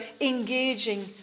engaging